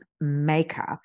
makeup